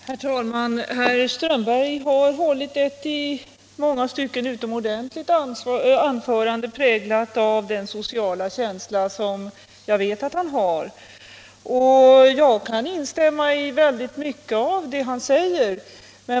Herr talman! Herr Strömberg i Botkyrka har hållit ett i många stycken utomordentligt anförande, präglat av den sociala känsla som jag vet att han har. Jag kan instämma i väldigt mycket av vad han sade.